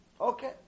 Okay